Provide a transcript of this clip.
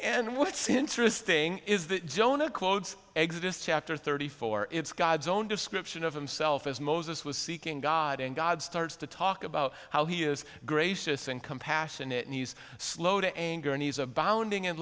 and what's interesting is that jonah quotes exit is to after thirty four it's god's own description of himself as moses was seeking god and god starts to talk about how he is gracious and compassionate and he's slow to anger and he's of bounding in